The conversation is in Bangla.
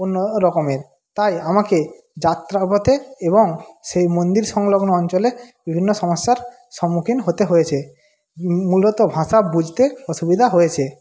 অন্য রকমের তাই আমাকে যাত্রাপথে এবং সেই মন্দির সংলগ্ন অঞ্চলে বিভিন্ন সমস্যার সম্মুখীন হতে হয়েছে মূলত ভাষা বুঝতে অসুবিধা হয়েছে